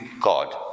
God